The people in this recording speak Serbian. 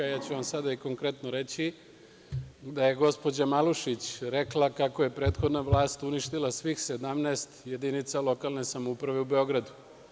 Sada ću vam i konkretno reći da je gospođa Malušić rekla kako je prethodna vlast uništila svih 17 jedinica lokalne samouprave u Beogradu.